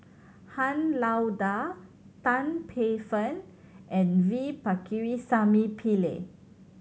Han Lao Da Tan Paey Fern and V Pakirisamy Pillai